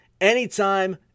anytime